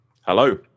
Hello